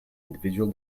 individual